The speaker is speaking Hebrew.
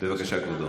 בבקשה, כבודו.